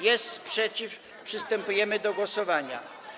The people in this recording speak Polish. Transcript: Jest sprzeciw, przystępujemy do głosowania.